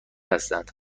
هستند